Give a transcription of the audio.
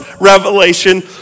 revelation